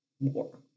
more